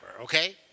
okay